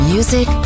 Music